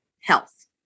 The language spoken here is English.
health